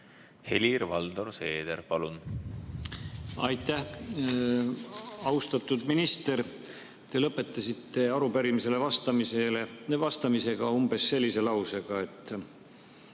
Helir-Valdor Seeder, palun! Aitäh! Austatud minister, te lõpetasite arupärimisele vastamise umbes sellise lausega, et